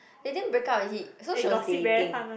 they didn't break up is it so she was dating